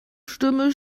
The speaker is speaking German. stimme